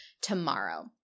tomorrow